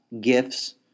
gifts